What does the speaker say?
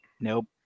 Nope